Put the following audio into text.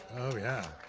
oh yeah.